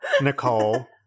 Nicole